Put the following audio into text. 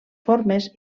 formes